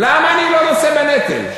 למה אני לא נושא בנטל?